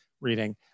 reading